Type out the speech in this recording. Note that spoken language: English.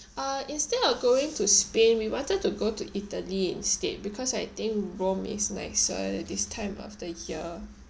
uh instead of going to spain we wanted to go to italy instead because I think rome is nicer this time of the year